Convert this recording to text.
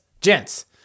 gents